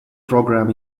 program